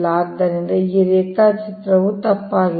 ಆದ್ದರಿಂದ ಈ ರೇಖಾಚಿತ್ರವು ತಪ್ಪಾಗಿದೆ